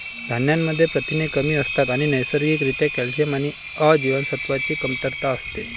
धान्यांमध्ये प्रथिने कमी असतात आणि नैसर्गिक रित्या कॅल्शियम आणि अ जीवनसत्वाची कमतरता असते